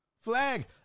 Flag